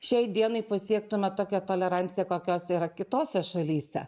šiai dienai pasiektume tokią toleranciją kokios yra kitose šalyse